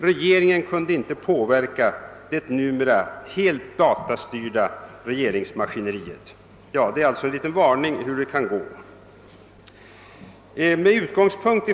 Regeringen kunde inte påverka det numera helt datastyrda regeringsmaskineriet.> Detta är en liten varning och en erinran om hur det kan gå.